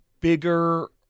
bigger